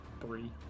three